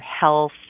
health